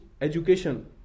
education